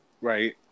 right